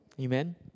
Amen